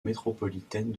métropolitaine